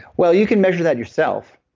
well, you can measure that yourself,